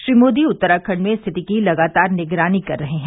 श्री मोदी उत्तराखंड में स्थिति की लगातार निगरानी कर रहे हैं